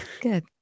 Good